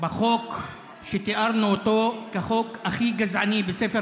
בחוק שתיארנו אותו כחוק הכי גזעני בספר